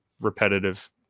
repetitive